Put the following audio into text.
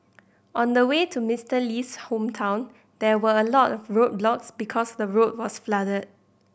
on the way to Mister Lee's hometown there were a lot of roadblocks because the road was flooded